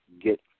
get